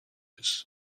ist